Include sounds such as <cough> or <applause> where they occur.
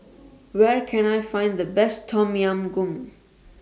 <noise> Where Can I Find The Best Tom Yam Goong